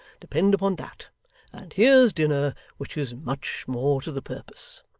depend upon that and here's dinner, which is much more to the purpose